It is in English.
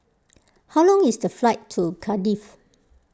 how long is the flight to Cardiff